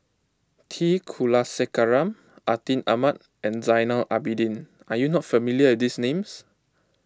T Kulasekaram Atin Amat and Zainal Abidin are you not familiar with these names